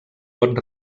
pot